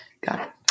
Got